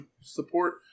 support